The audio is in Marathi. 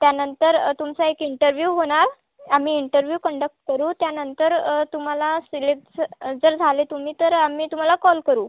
त्यानंतर तुमचा एक इंटरव्ह्यू होणार आम्ही इंटरव्ह्यू कंडक्ट करू त्यानंतर तुम्हाला सिलेक्ट ज जर झाले तुम्ही तर आम्ही तुम्हाला कॉल करू